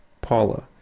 Paula